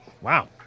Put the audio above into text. Wow